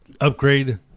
Upgrade